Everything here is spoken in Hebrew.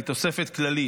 היא תוספת כללית.